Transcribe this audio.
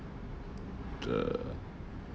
uh